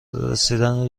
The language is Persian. رسیدن